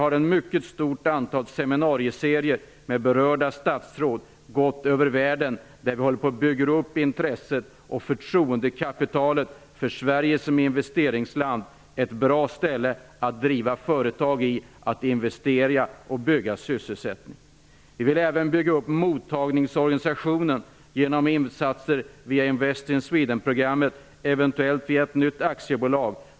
Ett mycket stort antal seminarieserier med berörda statsråd har gått över världen. Vi håller på att bygga upp förtroendekapitalet och intresset för Sverige som investeringsland. Vi visar att det är ett bra ställe att driva företag, investera och skapa sysselsättning på. Vi vill även bygga upp mottagningsorganisationen genom insatser via Invest in Sweden-programmet och eventuellt via ett nytt aktiebolag.